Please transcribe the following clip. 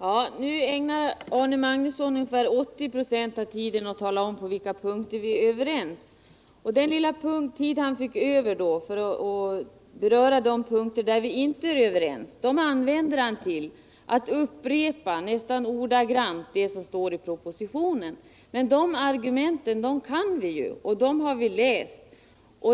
Herr talman! Arne Magnusson ägnar ungefär 80 ?6 av tiden åt att tala om på vilka punkter vi är överens. Den lilla tid han får över för att beröra de punkter vi inte är överens på använder han till att upprepa, nästan ordagrant, det som står i propositionen. Men de argumenten kan vi ju, dem har vi läst.